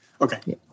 Okay